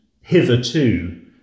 hitherto